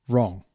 Wrong